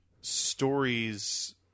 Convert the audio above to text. stories